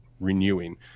renewing